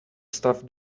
stuff